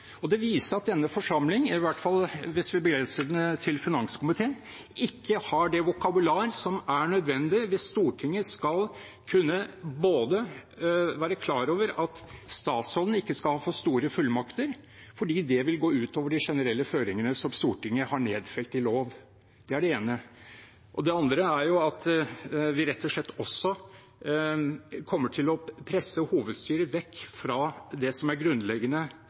Det viser at denne forsamling, i hvert fall hvis vi begrenser det til finanskomiteen, ikke har det vokabular som er nødvendig hvis Stortinget skal kunne være klar over at statsråden ikke skal ha for store fullmakter, fordi det vil gå utover de generelle føringene som Stortinget har nedfelt i lov. Det er det ene. Det andre er at vi rett og slett også kommer til å presse hovedstyret vekk fra det som er grunnleggende